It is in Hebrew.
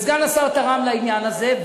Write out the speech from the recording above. סגן השר תרם לעניין הזה,